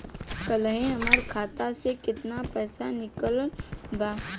काल्हे हमार खाता से केतना पैसा निकलल बा?